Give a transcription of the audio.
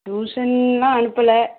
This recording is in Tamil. டியூஷன்லாம் அனுப்பலை